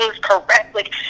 correctly